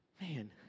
Man